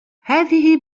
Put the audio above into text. هذه